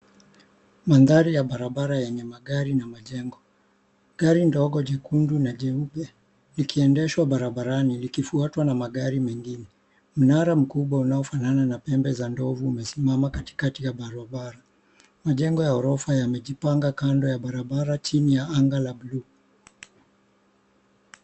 Mandhari ya barabara yenye magari na majengo, gari ndogo jekundu na jeupe likiendeshwa barabarani likifuatwa na magari mengine. Mnara mkubwa unaofanana na pembe za ndovu imesimama katika ya barabara majengo ya ghorofa yamejipanga kando ya barabara chini ya anga la bluu.